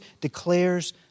declares